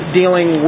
dealing